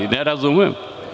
Ne razumem.